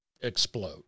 explode